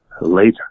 later